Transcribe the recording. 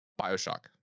Bioshock